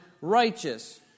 righteous